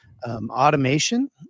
Automation